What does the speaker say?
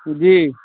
जी